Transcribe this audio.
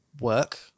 work